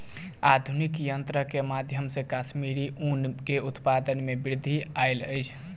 आधुनिक यंत्रक माध्यम से कश्मीरी ऊन के उत्पादन में वृद्धि आयल अछि